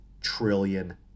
trillion